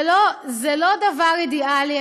זה לא דבר אידיאלי.